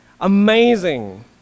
Amazing